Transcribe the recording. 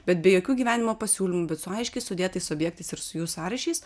bet be jokių gyvenimo pasiūlymų bet su aiškiai sudėtais objektais ir su jų sąryšiais